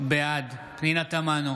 בעד פנינה תמנו,